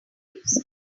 leaves